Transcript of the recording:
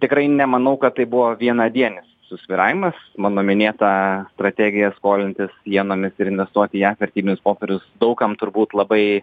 tikrai nemanau kad tai buvo vienadienis susvyravimas mano minėta strategija skolintis ienomis ir investuot įjav vertybinius popierius daug kam turbūt labai